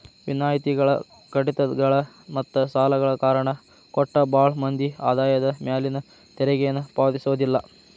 ವಿನಾಯಿತಿಗಳ ಕಡಿತಗಳ ಮತ್ತ ಸಾಲಗಳ ಕಾರಣ ಕೊಟ್ಟ ಭಾಳ್ ಮಂದಿ ಆದಾಯದ ಮ್ಯಾಲಿನ ತೆರಿಗೆನ ಪಾವತಿಸೋದಿಲ್ಲ